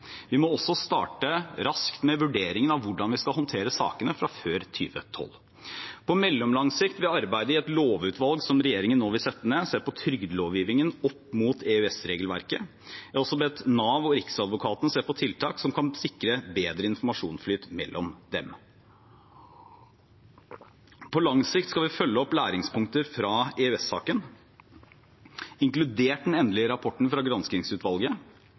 Vi må også starte raskt med vurderingen av hvordan vi skal håndtere sakene fra før 2012. På mellomlang sikt vil arbeidet i et lovutvalg som regjeringen nå vil sette ned, se på trygdelovgivningen opp mot EØS-regelverket. Jeg har også bedt Nav og Riksadvokaten se på tiltak som kan sikre bedre informasjonsflyt mellom dem. På lang sikt skal vi følge opp læringspunkter fra EØS-saken, inkludert den endelige rapporten fra granskingsutvalget,